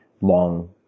long